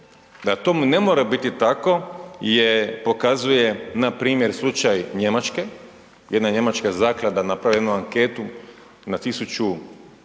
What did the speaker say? Da tome ne mora biti tako pokazuje npr. slučaj Njemačke, jedna njemačka zaklada napravila je jednu anketu na